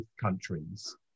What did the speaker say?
countries